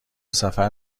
سفر